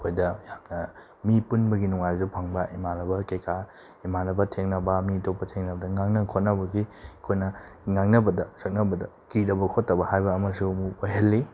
ꯑꯩꯈꯣꯏꯗ ꯌꯥꯝꯅ ꯃꯤ ꯄꯨꯟꯕꯒꯤ ꯅꯨꯡꯉꯥꯏꯕꯁꯨ ꯐꯪꯕ ꯏꯃꯥꯟꯅꯕ ꯀꯩꯀꯥ ꯏꯃꯥꯟꯅꯕ ꯊꯦꯡꯅꯕ ꯃꯤ ꯑꯇꯣꯞꯄ ꯊꯦꯡꯅꯕꯗ ꯉꯥꯡꯅ ꯈꯣꯠꯅꯕꯒꯤ ꯑꯩꯈꯣꯏꯅ ꯉꯥꯡꯅꯕꯗ ꯁꯛꯅꯕꯗ ꯀꯤꯗꯕ ꯈꯣꯠꯇꯕ ꯍꯥꯏꯕ ꯑꯃꯁꯨ ꯑꯃꯨꯛ ꯑꯣꯏꯍꯜꯂꯤ